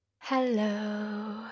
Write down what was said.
Hello